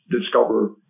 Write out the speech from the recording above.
discover